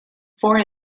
for